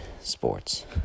sports